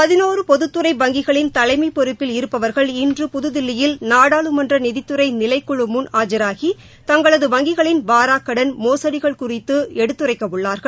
பதினொரு பொதுத்துறை வங்கிகளின் தலைமை பொறுப்பில் இருப்பவர்கள் இன்று புதுதில்லியில் நாடாளுமன்ற நிதித்துறை நிலைக் குழு முன் இன்று ஆஜராகி தங்களது வங்கிகளின் வாராக் கடன் மோசடிகள் குறித்து எடுத்துரைக்க உள்ளார்கள்